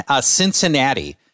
Cincinnati